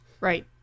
right